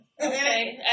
Okay